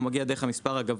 הוא מגיע דרך המספר הגבוה,